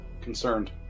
concerned